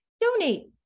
donate